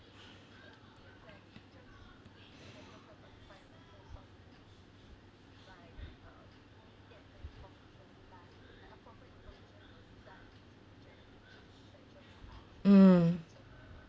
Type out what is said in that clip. mm